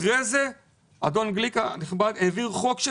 ואחרי זה אדון גליק הנכבד העביר חוק של